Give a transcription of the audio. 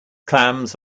clams